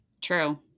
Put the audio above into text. True